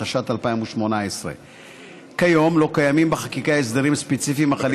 התשע"ט 2018. כיום לא קיימים בחקיקה הסדרים ספציפיים החלים